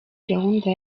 gahunda